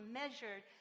measured